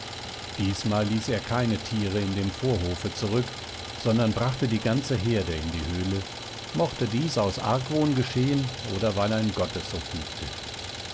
diesmal ließ er keine tiere in dem vorhofe zurück sondern brachte die ganze herde in die höhle mochte dies aus argwohn geschehen oder weil ein gott es so fügte